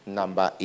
number